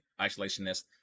isolationist